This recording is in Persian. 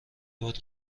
باد